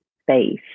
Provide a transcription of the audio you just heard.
space